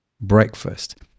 breakfast